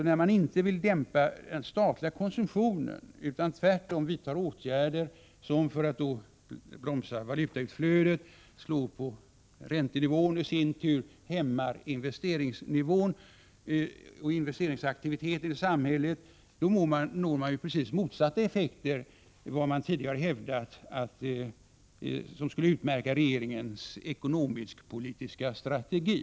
När man inte vill dämpa den statliga konsumtionen utan tvärtom — för att dämpa valutautflödet — vidtar åtgärder som slår på räntenivån, som i sin tur hämmar investeringsnivån och investeringsaktiviteten i samhället, då når man precis motsatt effekt än vad man tidigare hävdat skulle utmärka regeringens ekonomisk-politiska strategi.